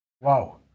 Wow